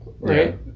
right